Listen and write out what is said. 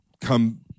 come